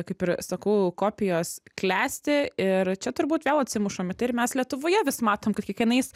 kaip ir sakau kopijos klesti ir čia turbūt vėl atsimušam į tai ir mes lietuvoje vis matom kad kiekvienais